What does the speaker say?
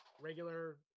Regular